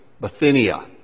Bithynia